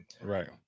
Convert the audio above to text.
Right